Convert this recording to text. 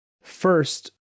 First